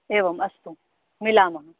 एवम् अस्तु मिलामः